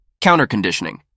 Counterconditioning